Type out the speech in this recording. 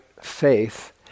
faith